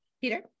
Peter